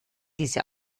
diese